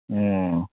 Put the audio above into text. ꯑꯣ